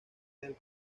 del